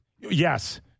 Yes